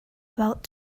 about